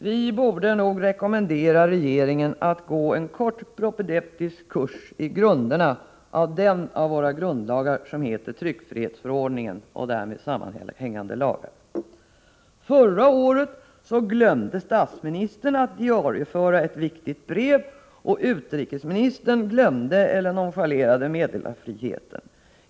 Vi bör nog rekommendera regeringen att gå en propedeutisk kurs i grunderna i den av våra grundlagar som heter tryckfrihetsförordningen och därmed sammanhängande lagar. Förra året glömde statsministern att diarieföra ett viktigt brev och utrikesministern glömde eller nonchalerade meddelarfriheten.